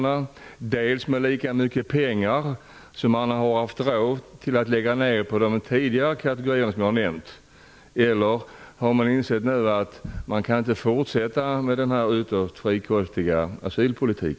Kommer man att lägga ned lika mycket pengar som man har haft råd att lägga ned på de kategorier jag har nämnt tidigare, eller har man insett att man inte kan fortsätta med denna ytterst frikostiga asylpolitik?